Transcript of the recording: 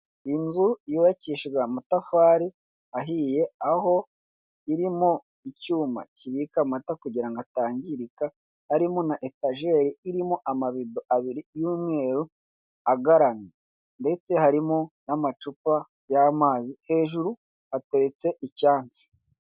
Inzu yubakishijwe amatafari ahiye, aho irimo icyuma kibika amata kugira ngo atangirika, harimo na etajeri irimo amabido abiri y'umweru agaramye ndetse harimo n'amacupa y'amazi, hejuru hateretse icyansi.